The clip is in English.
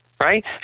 right